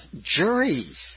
juries